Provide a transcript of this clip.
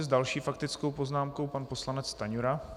S další faktickou poznámkou pan poslanec Stanjura.